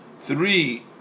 three